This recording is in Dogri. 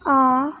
आ